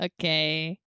Okay